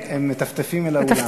הם מטפטפים אל האולם.